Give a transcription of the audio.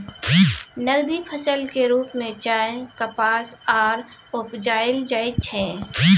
नकदी फसल के रूप में चाय, कपास आर उपजाएल जाइ छै